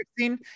16